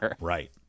Right